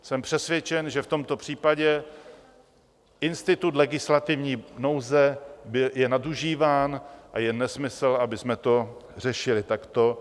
Jsem přesvědčen, že v tomto případě institut legislativní nouze je nadužíván a je nesmysl, abychom to řešili takto.